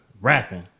rapping